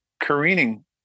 careening